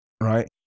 right